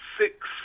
six